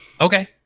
okay